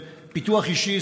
פיתוח אישי,